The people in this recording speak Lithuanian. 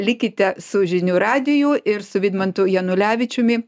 likite su žinių radiju ir su vidmantu janulevičiumi